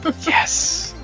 yes